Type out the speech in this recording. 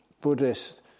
Buddhist